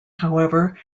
however